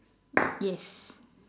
yes